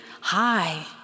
Hi